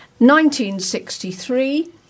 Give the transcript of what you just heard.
1963